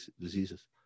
diseases